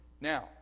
Now